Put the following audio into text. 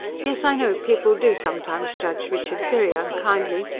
yes, i know, people do sometimes judge richard very unkindly.